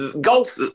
Golf